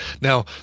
Now